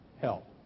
help